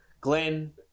Glenn